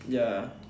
ya